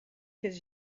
his